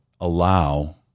allow